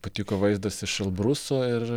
patiko vaizdas iš elbruso ir